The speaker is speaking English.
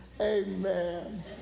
Amen